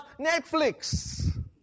Netflix